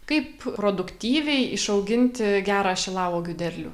kaip produktyviai išauginti gerą šilauogių derlių